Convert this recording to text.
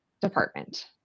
department